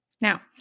Now